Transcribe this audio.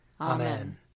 Amen